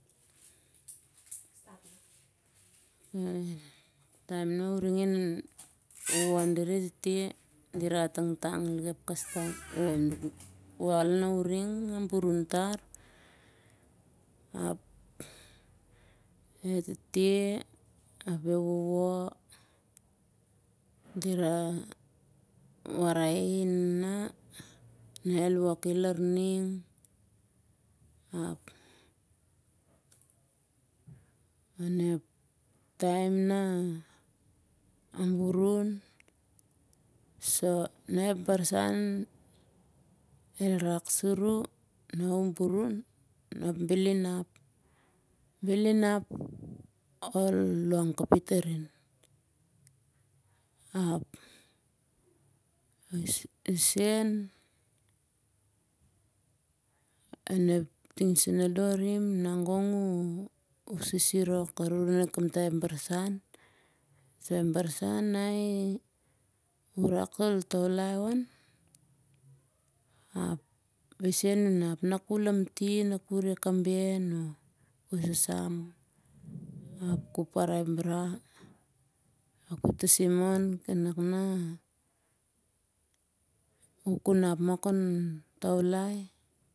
Ep taem nah uring e wowo dira e tete dira atangtang lik ep wol nah uring a burun tar. E tete ap e wowo ap on ep taem nah aburun. El wok i larning ap on ep taem nah aburun. Na ep barsan e rak sur uh na uh burun bel inap ol long kapit arin. Ting senacoh arim gong uh sisirok na uh re ep barsan. Barsan na ku rak ol taulai on ap besen uh nap. Na ku lamtin ap ku re kaben oh ku sasam ap ku parai a bra ap ku tasimon kanak nah uh ku nap mah kon taulai.